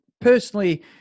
personally